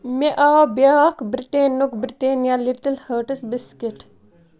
مےٚ آو بیٛاکھ برٛینٛڈُک برٛٹینیا لِٹٕل ہارٹٕس بِسکِٹ